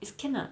it's can lah